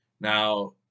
Now –